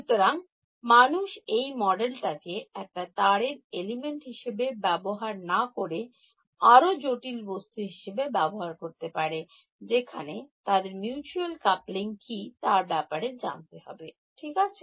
সুতরাং মানুষ এই মডেলটা কে একটা তারের এলিমেন্ট হিসেবে ব্যবহার না করে আরো জটিল বস্তু হিসেবে ব্যবহার করতে পারে যেখানে তাদের মধ্যে মিউচুয়াল কাপলিং কি তার ব্যাপারে জানতে হবে ঠিক আছে